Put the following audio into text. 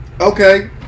Okay